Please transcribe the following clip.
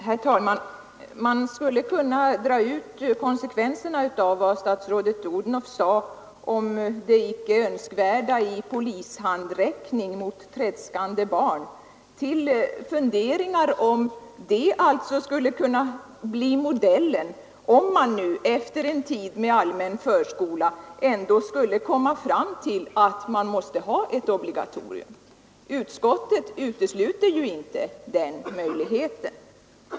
Herr talman! Man skulle kunna dra ut konsekvenserna av vad statsrådet Odhnoff sade om det icke önskvärda i polishandräckning mot tredskande barn till funderingar, huruvida detta alltså skulle kunna bli modellen, om man nu efter en tid med allmän förskola ändå skulle komma fram till att man måste ha ett obligatorium. Utskottet utesluter ju inte den möjligheten.